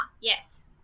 yes